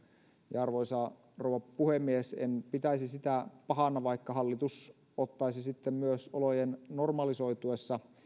ja arvoisa rouva puhemies en pitäisi sitä pahana vaikka hallitus ottaisi myös olojen normalisoituessa